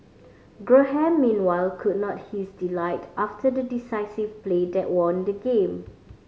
graham meanwhile could not his delight after the decisive play that won the game